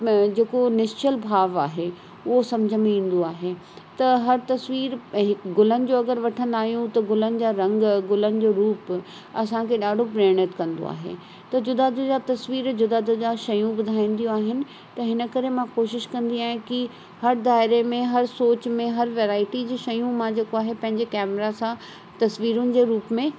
जेको निश्चल भाव आहे उहो सम्झ में ईंदो आहे त हर तस्वीरु हिकु गुलनि जो अगरि वठंदा आहियूं त गुलनि जा रंग गुलनि जो रूप असांखे ॾाढो प्रेणित कंदो आहे त जुदा जुदा तस्वीर जुदा जुदा शयूं ॿुधाईंदियूं आहिनि त हिन करे मां कोशिश कंदी आहियां की हर दायरे में हर सोच में हर वैराइटी जी शयूं मां जेको आहे पंहिंजे कैमरा सां तस्वीरुनि जे रूप में